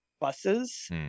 buses